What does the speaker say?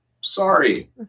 Sorry